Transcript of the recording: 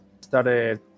started